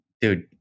dude